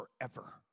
forever